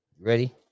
ready